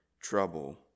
trouble